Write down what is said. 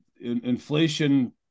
inflation